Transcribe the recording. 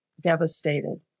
devastated